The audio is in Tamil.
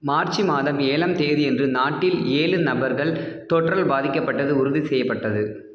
மார்ச் மாதம் ஏழாம் தேதியன்று நாட்டில் ஏழு நபர்கள் தொற்றால் பாதிக்கப்பட்டது உறுதி செய்யப்பட்டது